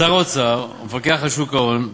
שר האוצר והמפקחת על שוק ההון,